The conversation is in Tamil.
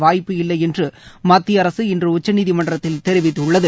வாய்ப்பு இல்லை என்று மத்திய அரசு இன்று உச்சநீதிமன்றத்தில் தெரிவித்துள்ளது